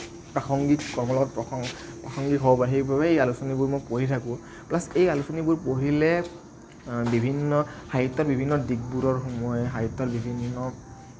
প্ৰাসংগিক কৰ্মত লগত প্ৰাসংগিক হ'ব বাবেই এই আলোচনীবোৰ মই পঢ়ি থাকোঁ প্লাচ এই আলোচনীবোৰ পঢ়িলে বিভিন্ন সাহিত্যৰ বিভিন্ন দিশবোৰৰ সমূহে সাহিত্যৰ বিভিন্ন